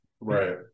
Right